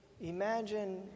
imagine